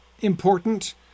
important